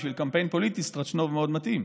בשביל קמפיין פוליטי סטרשנוב מאוד מתאים,